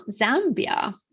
Zambia